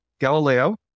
Galileo